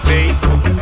Faithful